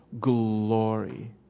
glory